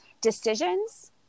decisions